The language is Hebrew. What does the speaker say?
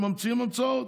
הם ממציאים המצאות.